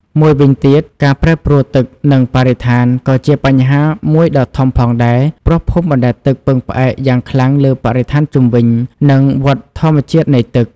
មួយវិញទៀត ការប្រែប្រួលទឹក និងបរិស្ថាន ក៏ជាបញ្ហាមួយដ៏ធំផងដែរ ព្រោះភូមិបណ្តែតទឹកពឹងផ្អែកយ៉ាងខ្លាំងលើបរិស្ថានជុំវិញខ្លួន និងវដ្តធម្មជាតិនៃទឹក។